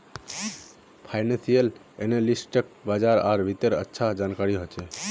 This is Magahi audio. फाइनेंसियल एनालिस्टक बाजार आर वित्तेर अच्छा जानकारी ह छेक